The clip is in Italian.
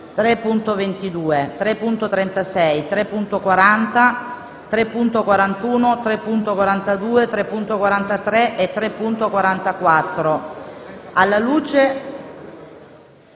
3.22, 3.36, 3.40, 3.41, 3.42, 3.43 e 3.44. Alla luce